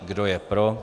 Kdo je pro?